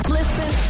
Listen